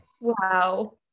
Wow